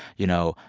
you know,